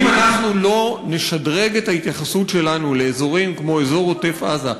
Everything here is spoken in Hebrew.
אם אנחנו לא נשדרג את ההתייחסות שלנו לאזורים כמו אזור עוטף-עזה,